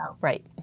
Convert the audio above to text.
Right